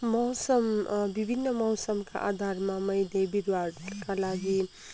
मौसम विभिन्न मौसमका आधारमा मैले विधुवाहरूका लागि